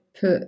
put